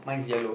mine's yellow